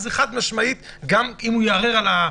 גם אם הוא יערער,